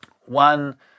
One